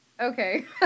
Okay